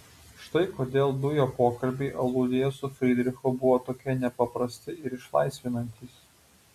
štai kodėl du jo pokalbiai aludėje su frydrichu buvo tokie nepaprasti ir išlaisvinantys